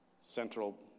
central